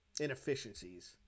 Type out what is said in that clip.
inefficiencies